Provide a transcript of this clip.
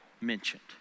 mentioned